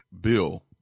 bill